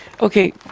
okay